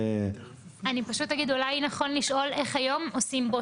אולי נכון לשאול איך היום עושים בו